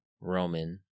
Roman